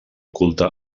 culte